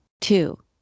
two